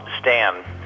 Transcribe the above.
Stan